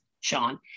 Sean